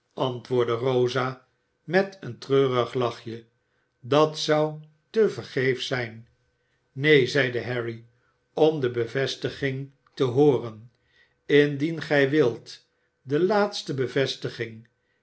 antwoordde rosa met een treurig lachje dat zou te vergeefs zijn neen zeide harry om de bevestiging te hooren indien gij wilt de laatste bevestiging